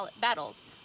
battles